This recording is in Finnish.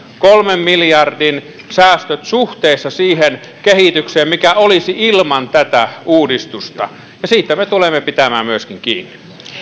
kolmen miljardin säästöt suhteessa siihen kehitykseen mikä olisi ilman tätä uudistusta ja siitä me tulemme myöskin pitämään kiinni